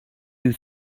you